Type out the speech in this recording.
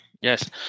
yes